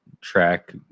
track